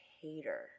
hater